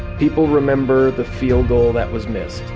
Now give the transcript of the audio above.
people remember the field goal that was missed.